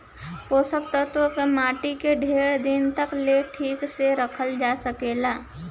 पोषक तत्व के माटी में ढेर दिन तक ले ठीक से रखल जा सकेला